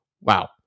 Wow